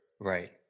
Right